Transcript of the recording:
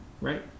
right